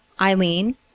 Eileen